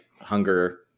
hunger